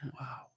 Wow